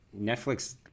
Netflix